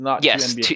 Yes